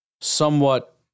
somewhat